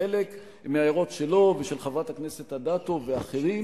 חלק מההערות שלו ושל חברת הכנסת אדטו ואחרים